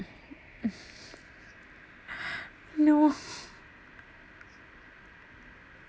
no